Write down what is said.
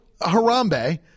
harambe